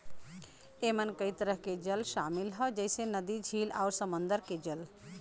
एमन कई तरह के जल शामिल हौ जइसे नदी, झील आउर समुंदर के जल